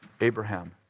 Abraham